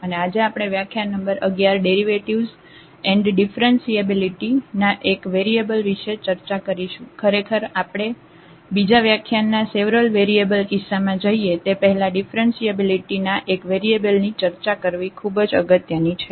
અને આજે આપણે વ્યાખ્યાન નંબર 11 ડેરિવેટિવ્ઝ એન્ડ ડીફરન્સીએબિલિટી ના એક વેરિયેબલ વિશે ચર્ચા કરીશું ખરેખરમાં આપણે બીજા વ્યાખ્યાનના સેવરલ વેરિયેબલ કિસ્સામાં જઈએ તે પહેલા ડીફરન્સીએબિલિટી ના એક વેરિયેબલ ની ચર્ચા કરવી તે ખુબ અગત્યની છે